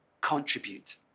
contribute